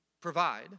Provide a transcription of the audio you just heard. provide